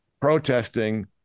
protesting